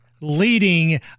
Leading